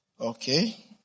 Okay